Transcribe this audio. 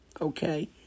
okay